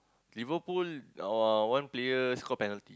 Liverpool uh one player score penalty